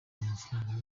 amafaranga